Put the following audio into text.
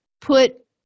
put